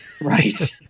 right